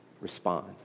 respond